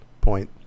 point